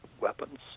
weapons